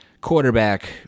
quarterback